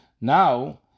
Now